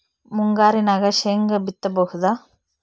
ಮುಂಗಾರಿನಾಗ ಶೇಂಗಾ ಬಿತ್ತಬಹುದಾ?